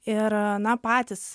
ir na patys